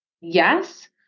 Yes